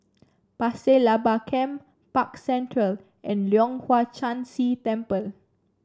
Pasir Laba Camp Park Central and Leong Hwa Chan Si Temple